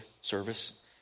service